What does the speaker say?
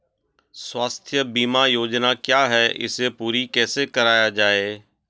स्वास्थ्य बीमा योजना क्या है इसे पूरी कैसे कराया जाए?